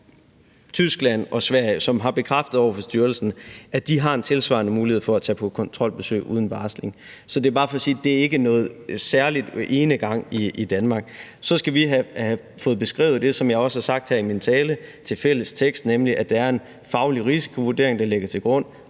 Tyskland og Sverige, som har bekræftet over for styrelsen, at de har en tilsvarende mulighed for at tage på kontrolbesøg uden varsling. Så det er bare for at sige, at det ikke er nogen særlig enegang i Danmark. Så skal vi have beskrevet det, som jeg også har sagt her i min tale, til en fælles tekst, nemlig at en faglig risikovurdering ligger til grund,